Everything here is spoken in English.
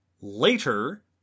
Later